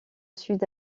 sud